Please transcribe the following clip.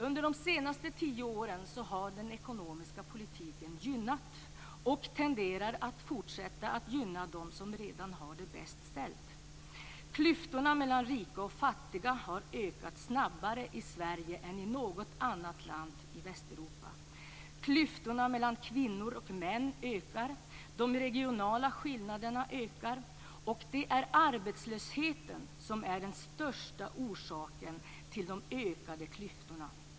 Under de senaste tio åren har den ekonomiska politiken gynnat, och tenderar att fortsätta att gynna, dem som redan har det bäst ställt. Klyftorna mellan rika och fattiga har ökat snabbare i Sverige än i något annat land i Västeuropa. Klyftorna mellan kvinnor och män ökar. De regionala skillnaderna ökar. Det är arbetslösheten som är den största orsaken till de ökade klyftorna.